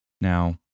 Now